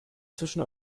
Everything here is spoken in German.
zwischen